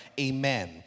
Amen